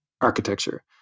architecture